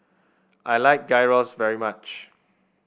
I like Gyros very much